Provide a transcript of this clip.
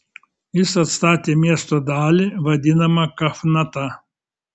jis atstatė miesto dalį vadinamą kafnata